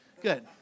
Good